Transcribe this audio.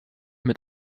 mit